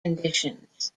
conditions